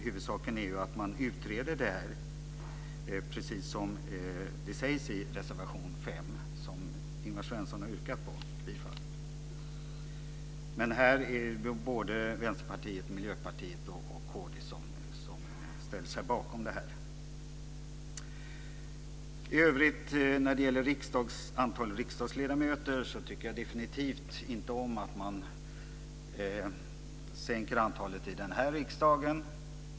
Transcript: Huvudsaken är att man utreder det här, precis som det sägs i reservation 5 som Ingvar Svensson har yrkat bifall till. Det är Vänsterpartiet, Miljöpartiet och kd som ställer sig bakom detta. När det i övrigt gäller antalet riksdagsledamöter tycker jag definitivt inte om att man sänker antalet i den här riksdagen.